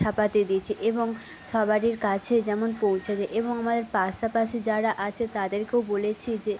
ছাপাতে দিয়েছি এবং সবারির কাছে যেমন পৌঁছে যায় এবং আমাদের পাশাপাশি যারা আছে তাদেরকেও বলেছি যে